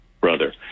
brother